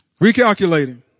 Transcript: recalculating